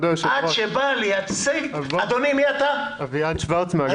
אדוני, אני מאגף התקציבים.